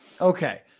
Okay